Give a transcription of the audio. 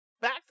back